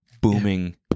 booming